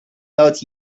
not